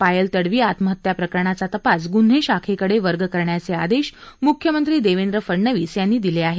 पायल तडवी आत्महत्या प्रकरणाचा तपास ग्न्हे शाखेकडे वर्ग करण्याचे आदेश मुख्यमंत्री देवेंद्र फडणवीस यांनी दिले आहेत